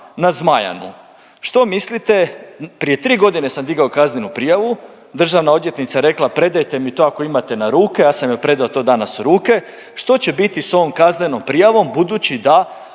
na Zmajanu. Što mislite, prije 3 godine sam digao kaznenu prijavu, državna odvjetnica je rekla predajte mi to ako imate na ruke, ja sam joj predao to danas u ruke, što će biti s ovom kaznenom prijavom, budući da